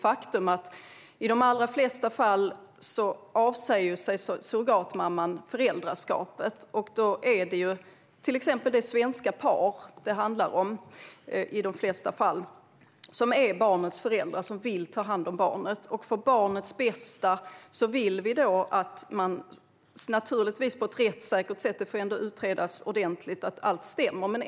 Faktum är att i de allra flesta fall avsäger sig surrogatmamman föräldraskapet, och då är det till exempel det svenska par som det i de flesta fall handlar om som är barnets föräldrar och som vill ta hand om barnet. För barnets bästa vill vi att de i dessa fall ska bli föräldrar, men det måste naturligtvis ske på ett rättssäkert sätt där det utreds ordentligt att allt stämmer.